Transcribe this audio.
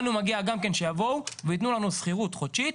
לנו מגיע גם כן שיבואו ויתנו לנו שכירות חודשית,